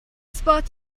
spot